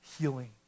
healing